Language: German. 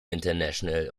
international